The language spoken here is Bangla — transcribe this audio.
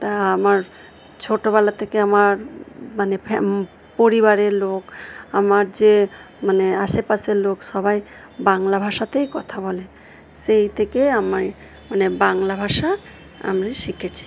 তা আমার ছোটোবেলা থেকে আমার মানে পরিবারের লোক আমার যে মানে আশেপাশের লোক সবাই বাংলা ভাষাতেই কথা বলে সেই থেকেই আমার মানে বাংলা ভাষা আমি শিখেছি